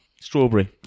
Strawberry